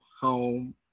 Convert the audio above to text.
home